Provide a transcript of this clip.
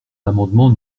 l’amendement